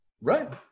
right